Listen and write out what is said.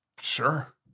sure